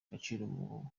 agaciro